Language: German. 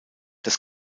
das